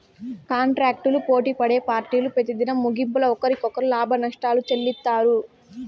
కాంటాక్టులు పోటిపడే పార్టీలు పెతిదినం ముగింపుల ఒకరికొకరు లాభనష్టాలు చెల్లిత్తారు